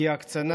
כי ההקצנה,